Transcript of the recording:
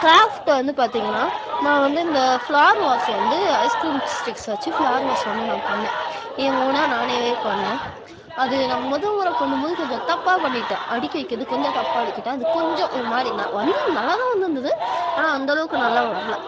craft வந்து பார்த்திங்கன்னா நான் வந்து இந்த ஃப்லார் வாஸ் வந்து ஐஸ் க்ரீம் ஸ்டிக்ஸ் வெச்சு ஃப்லார் வாஸ் ஒன்று நான் பண்ணிணேன் என் ஓனாக நானாவே பண்ணிணேன் அது நான் மொதல் முறை பண்ணும்போது கொஞ்சம் தப்பாக பண்ணிவிட்டேன் அடுக்கி வைக்கிறது கொஞ்சம் தப்பாக அடுக்கிட்டேன் அது கொஞ்சம் ஒரு மாதிரி நான் வந்து நல்லா தான் வந்துந்தது ஆனால் அந்த அளவுக்கு நல்லா வரல